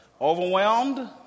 Overwhelmed